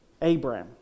Abram